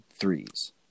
threes